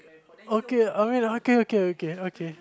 okay I mean okay okay okay okay okay